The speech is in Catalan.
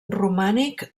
romànic